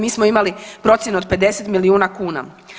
Mi smo imali procjenu od 50 milijuna kuna.